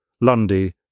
Lundy